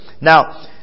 Now